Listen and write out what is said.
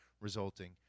resulting